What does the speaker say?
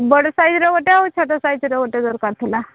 ବଡ଼ ସାଇଜ୍ର ଗୋଟେ ଆଉ ଛୋଟ ସଇଜ୍ର ଗୋଟେ ଦରକାର ଥିଲା